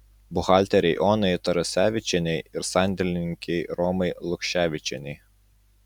buhalterei onai tarasevičienei ir sandėlininkei romai lukševičienei